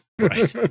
right